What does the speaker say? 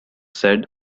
said